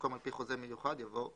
במקום "על פי חוזה מיוחד" יבוא "זמנית".